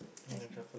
that's nice